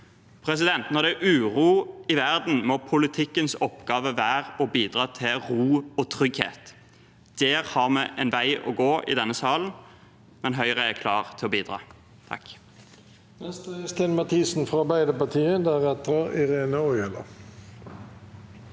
næringsliv. Når det er uro i verden, må politikkens oppgave være å bidra til ro og trygghet. Der har vi en vei å gå i denne salen, men Høyre er klart til å bidra.